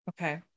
Okay